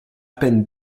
peine